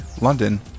London